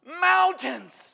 mountains